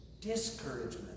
Discouragement